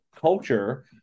culture